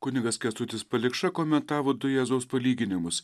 kunigas kęstutis palikša komentavo du jėzaus palyginimus